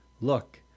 Look